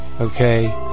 okay